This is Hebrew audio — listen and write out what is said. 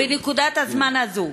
בנקודת הזמן הזאת.